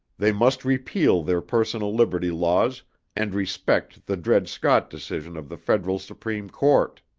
they must repeal their personal liberty laws and respect the dred scott decision of the federal supreme court.